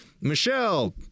Michelle